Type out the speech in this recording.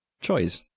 Choice